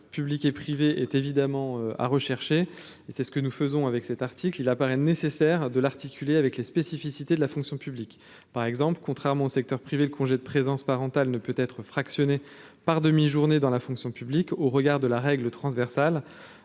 public et privé est, évidemment, à rechercher, et c'est ce que nous faisons avec cet article, il apparaît nécessaire de l'articuler avec les spécificités de la fonction publique, par exemple, contrairement au secteur privé, le congé de présence parentale ne peut être fractionné par demi-journée, dans la fonction publique au regard de la règle transversale